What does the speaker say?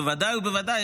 בוודאי ובוודאי,